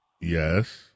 Yes